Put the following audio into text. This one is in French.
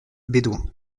bédoin